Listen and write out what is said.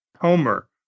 Homer